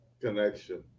connection